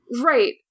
right